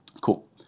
Cool